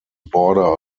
border